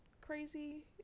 crazy